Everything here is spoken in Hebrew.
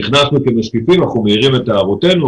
נכנסנו כמשקיפים ואנחנו מעירים את הערותינו.